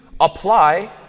Apply